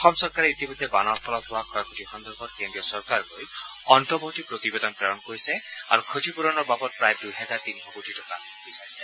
অসম চৰকাৰে ইতিমধ্যে বানৰ ফলত হোৱা ক্ষয় ক্ষতি সন্দৰ্ভত কেন্দ্ৰীয় চৰকাৰলৈ অন্তৱৰ্তী প্ৰতিবেদন প্ৰেৰণ কৰিছে আৰু ক্ষতিপুৰণৰ বাবদ প্ৰায় দুহেজাৰ তিনিশ কোটি টকা বিচাৰিছে